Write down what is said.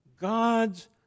God's